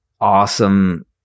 awesome